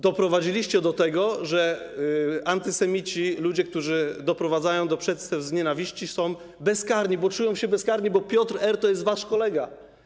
Doprowadziliście do tego, że antysemici, ludzie, którzy doprowadzają do przestępstw z nienawiści, są bezkarni, bo czują się bezkarni, bo Piotr R. to jest wasz kolega.